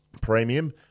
premium